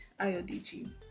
IODG